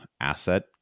asset